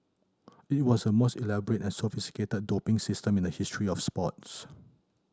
it was the most elaborate and sophisticated doping system in the history of sports